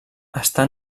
està